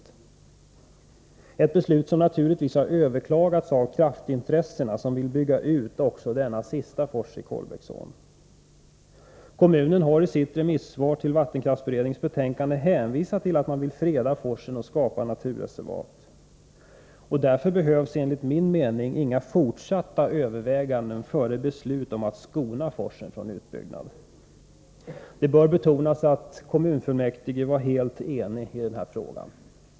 Det var ett beslut som naturligtvis har överklagats av företrädare för kraftintressena, som vill bygga ut också denna sista fors i Kolbäcksån. Kommunen har i sitt remissvar på vattenkraftsberedningens betänkande hänvisat till att man vill freda forsen och skapa naturreservat. Därför behövs enligt min mening inga fortsatta överväganden före beslut om att skona forsen från utbyggnad. Det bör betonas att kommunfullmäktige var helt enigt i denna fråga.